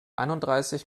einunddreißig